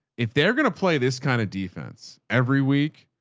if they're going to play this kind of defense every week,